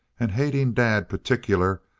and hating dad particular,